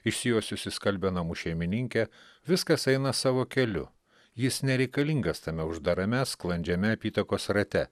išsijuosusi skalbia namų šeimininkė viskas eina savo keliu jis nereikalingas tame uždarame sklandžiame apytakos rate